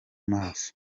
maso